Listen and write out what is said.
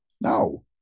No